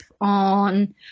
on